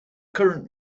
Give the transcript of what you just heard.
current